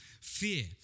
fear